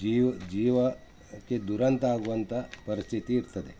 ಜೀವಕ್ಕೆ ಜೀವಕ್ಕೆ ದುರಂತ ಆಗುವಂಥ ಪರಿಸ್ಥಿತಿ ಇರ್ತದೆ